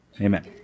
Amen